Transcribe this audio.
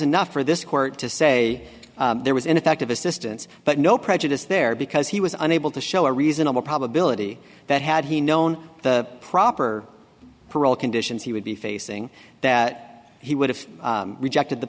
enough for this court to say there was ineffective assistance but no prejudice there because he was unable to show a reasonable probability that had he known the proper parole conditions he would be facing that he would have rejected the